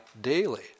daily